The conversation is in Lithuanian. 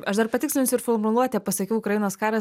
aš dar patikslinsiu ir formuluotę pasakiau ukrainos karas